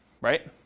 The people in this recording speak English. Right